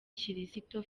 kirisito